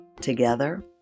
Together